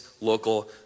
local